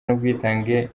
n’ubwitange